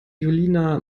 julina